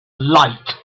light